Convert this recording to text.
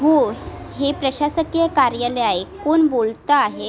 हो हे प्रशासकीय कार्यालय आहे कोण बोलत आहे